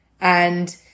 and-